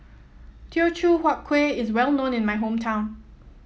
Teochew Huat Kueh is well known in my hometown